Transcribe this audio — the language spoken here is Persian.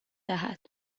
دهد